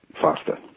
faster